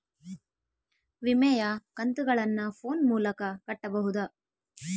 ವಿಮೆಯ ಕಂತುಗಳನ್ನ ಫೋನ್ ಮೂಲಕ ಕಟ್ಟಬಹುದಾ?